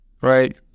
Right